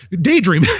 daydream